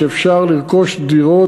שאפשר לרכוש דירות.